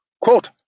Quote